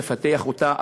לפתח אותה,